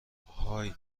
آهای